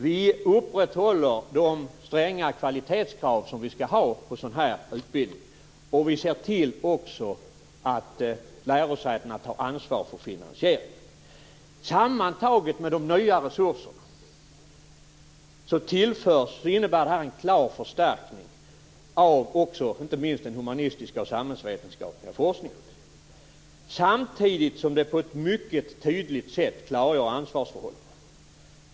Vi upprätthåller de stränga kvalitetskrav som vi skall ha på sådan utbildning. Vi ser också till att lärosätena tar ansvar för finansieringen. Sammantaget med de nya resurserna innebär detta en klar förstärkning av inte minst den humanistiska och samhällsvetenskapliga forskningen, samtidigt som det på ett mycket tydligt sätt klargör ansvarsförhållandena.